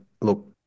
look